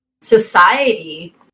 society